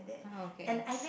orh okay